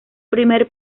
primer